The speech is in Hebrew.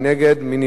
4, נגד, 24, אין